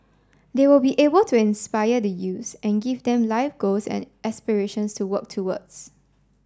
they will be able to inspire the youths and give them life goals and aspirations to work towards